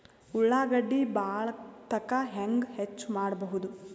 ಉಳ್ಳಾಗಡ್ಡಿ ಬಾಳಥಕಾ ಹೆಂಗ ಹೆಚ್ಚು ಮಾಡಬಹುದು?